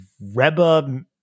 Reba